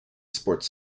sports